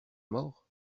mort